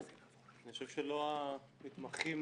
אני חושב שלא המתמחים